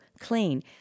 clean